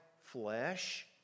flesh